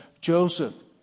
Joseph